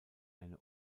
eine